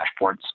dashboards